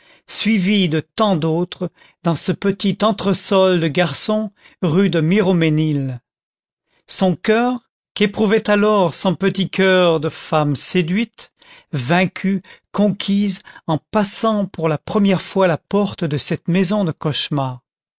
suivi de tant d'autres dans ce petit entresol de garçon rue de miromesnil son coeur qu'éprouvait alors son petit coeur de femme séduite vaincue conquise en passant pour la première fois la porte de cette maison de cauchemar